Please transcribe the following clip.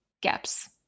gaps